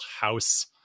house